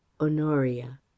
Honoria